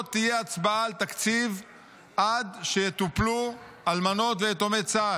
תהיה הצבעה על התקציב עד שיטופלו אלמנות ויתומי צה"ל.